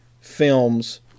films